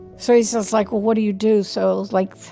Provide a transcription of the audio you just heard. so he says like, well, what do you do? so like,